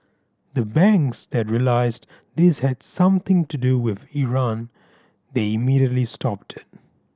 the banks that realised this had something to do with Iran they immediately stopped